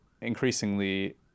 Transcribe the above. increasingly